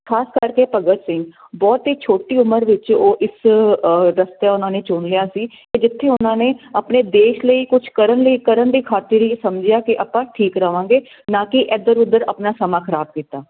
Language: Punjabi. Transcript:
ਖਾਸ ਕਰਕੇ ਭਗਤ ਸਿੰਘ ਬਹੁਤ ਹੀ ਛੋਟੀ ਉਮਰ ਵਿੱਚ ਉਹ ਇਸ ਰਸਤਾ ਉਹਨਾਂ ਨੇ ਚੁਣ ਲਿਆ ਸੀ ਕਿ ਜਿੱਥੇ ਉਹਨਾਂ ਨੇ ਆਪਣੇ ਦੇਸ਼ ਲਈ ਕੁਝ ਕਰਨ ਲਈ ਕਰਨ ਦੀ ਖਾਤਿਰ ਹੀ ਸਮਝਿਆ ਕਿ ਆਪਾਂ ਠੀਕ ਰਵਾਂਗੇ ਨਾ ਕਿ ਇਧਰ ਉਧਰ ਆਪਣਾ ਸਮਾਂ ਖਰਾਬ ਕੀਤਾ